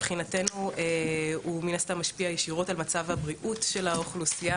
מבחינתנו הוא משפיע ישירות על מצב הבריאות של האוכלוסייה